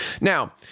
Now